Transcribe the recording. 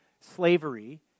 slavery